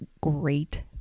great